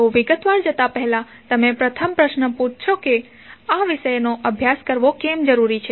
તો વિગતવાર જતા પહેલા તમે પ્રથમ પ્રશ્ન પૂછશો કે આ વિષયનો અભ્યાસ કરવો કેમ જરૂરી છે